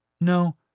No